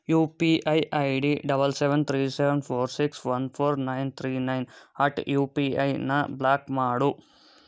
you P I I D double seven three seven four six one four nine three nine at U P ಐನ block ಮಾಡು